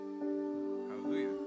Hallelujah